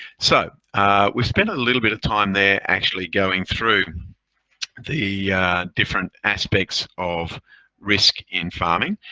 so we've spent a little bit of time there actually going through the different aspects of risk in farming.